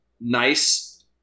nice